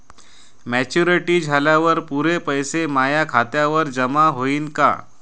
Maturity झाल्यावर पुरे पैसे माया खात्यावर जमा होईन का?